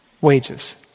wages